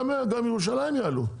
אז גם ירושלים יעלו.